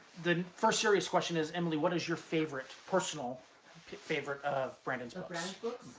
the first serious question is, emily, what is your favorite, personal favorite, of brandon's of brandon's books.